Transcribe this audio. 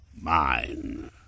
mine